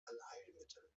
allheilmittel